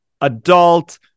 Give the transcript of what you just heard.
adult